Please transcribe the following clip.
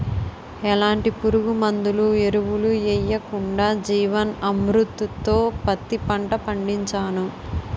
ఎలాంటి పురుగుమందులు, ఎరువులు యెయ్యకుండా జీవన్ అమృత్ తో పత్తి పంట పండించాను